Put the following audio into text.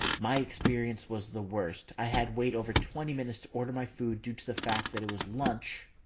my experience was the worst. i had wait over twenty minutes to order my food due to the fact that it was lunch.